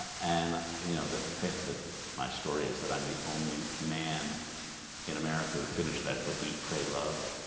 and you know the fact that my story is that i'm the only man in america finished that book eat pray love